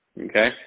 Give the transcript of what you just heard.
Okay